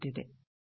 ಹಾಗೆಯೇ